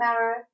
marrow